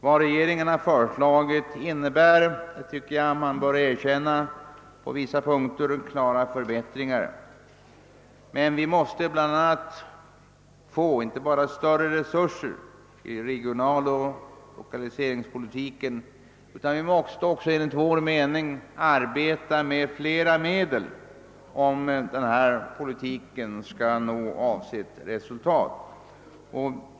Vad regeringen har föreslagit innebär — det bör erkännas — på vissa punkter klara förbättringar, men man måste inte bara få större resurser för regionaloch lokaliseringspolitiken utan man måste enligt vår mening också arbeta med flera olika slags medel om denna politik skall nå avsett resultat.